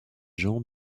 gens